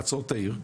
לעצור את העיר?